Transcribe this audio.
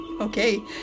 Okay